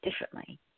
differently